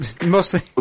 mostly